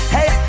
Hey